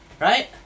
right